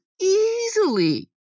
easily